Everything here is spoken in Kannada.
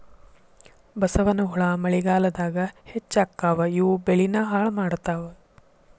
ಬಸವನಹುಳಾ ಮಳಿಗಾಲದಾಗ ಹೆಚ್ಚಕ್ಕಾವ ಇವು ಬೆಳಿನ ಹಾಳ ಮಾಡತಾವ